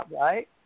right